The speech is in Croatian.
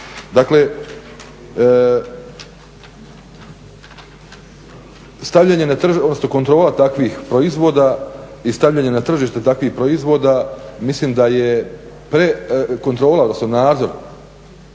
Dakle, kontrola takvih proizvoda i stavljanje na tržište takvih proizvoda mislim da je kontrola odnosno nadzor